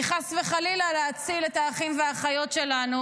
כי חס וחלילה להציל את האחים והאחיות שלנו,